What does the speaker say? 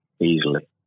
easily